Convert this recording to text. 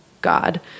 God